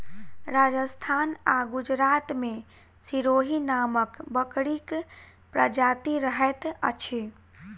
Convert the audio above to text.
राजस्थान आ गुजरात मे सिरोही नामक बकरीक प्रजाति रहैत अछि